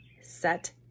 Set